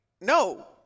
no